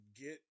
get